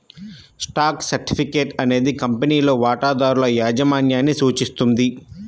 stock certificate అనేది కంపెనీలో వాటాదారుల యాజమాన్యాన్ని సూచిస్తుంది